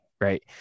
Right